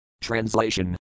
Translation